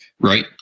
Right